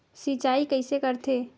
सिंचाई कइसे करथे?